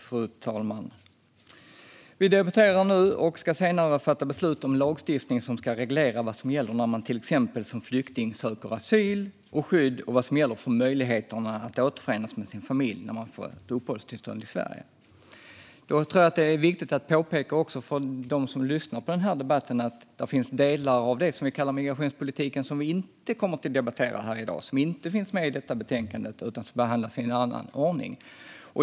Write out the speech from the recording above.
Fru talman! Vi debatterar nu och ska senare fatta beslut om lagstiftning som ska reglera vad som gäller när man till exempel som flykting söker asyl och skydd och vad som gäller för möjligheterna att återförenas med sin familj när man får uppehållstillstånd i Sverige. Det är viktigt att påpeka för dem som lyssnar på debatten att det finns delar i det vi kallar migrationspolitik som vi inte kommer att debattera i dag och som inte finns med i detta betänkande utan behandlas i annan ordning.